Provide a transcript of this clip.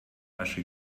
asche